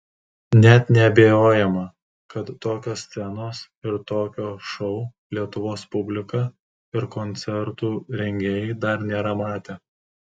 net neabejojama kad tokios scenos ir tokio šou lietuvos publika ir koncertų rengėjai dar nėra matę